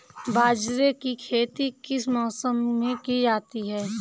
बाजरे की खेती किस मौसम में की जाती है?